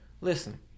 Listen